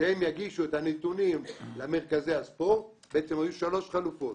שהם יגישו את הנתונים למרכזי הספורט בעצם היו שלוש חלופות: